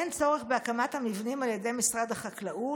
אין צורך בהקמת המבנים על ידי משרד החקלאות,